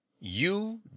You